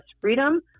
Freedom